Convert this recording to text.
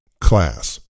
class